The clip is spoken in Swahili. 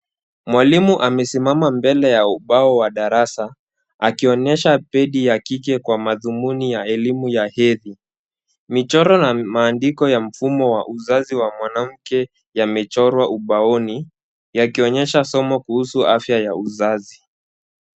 Mwalimu amesimama mbele ya ubao wa darasa akionyesha pedi ya kike kwa madhumuni ya elimu ya hedhi. Vichoro na maandiko ya mfumo wa uzazi wa mwanamke yamechorwa ubaoni yakionyesha somo kuhusu afya ya uzazi.